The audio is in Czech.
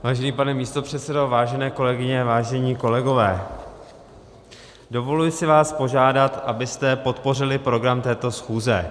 Vážený pane místopředsedo, vážené kolegyně, vážení kolegové, dovoluji si vás požádat, abyste podpořili program této schůze.